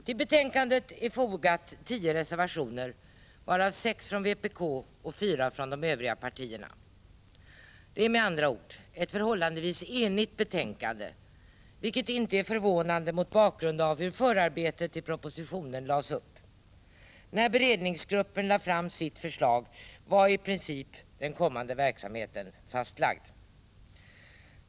Till betänkandet är tio reservationer fogade, varav sex från vpk och fyra från de övriga partierna. Det är med andra ord ett förhållandevis enigt betänkande, vilket inte är förvånande mot bakgrund av hur förarbetet för propositionen lades upp. När beredningsgruppen lade fram sitt förslag var den kommande verksamheten i princip fastlagd.